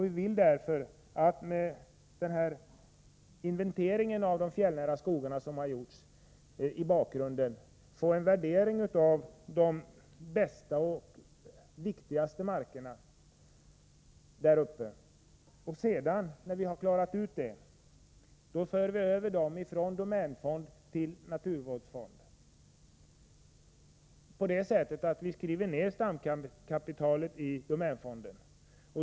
Vi vill därför genom den inventering av de fjällnära skogarna som har gjorts få en värdering av de bästa och viktigaste markerna. När vi har klarat ut det, för vi över dessa marker från domänfonden till naturvårdsfonden. Det sker på det sättet att vi skriver ned stamkapitalet i domänfonden.